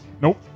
nope